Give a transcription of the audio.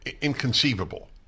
inconceivable